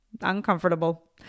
uncomfortable